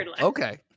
okay